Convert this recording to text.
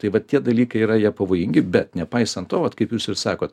tai vat tie dalykai yra jie pavojingi bet nepaisant to vat kaip jūs ir sakot